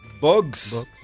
bugs